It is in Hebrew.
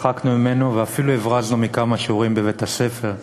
צחקנו ממנו ואפילו הברזנו מכמה שיעורים בבית-הספר,